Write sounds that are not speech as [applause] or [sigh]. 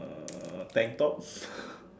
uh tank tops [laughs]